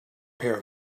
pair